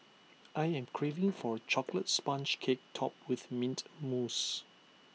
I am craving for A Chocolate Sponge Cake Topped with Mint Mousse